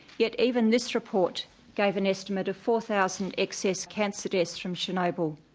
yet even this report gave an estimate of four thousand excess cancer deaths from chernobyl.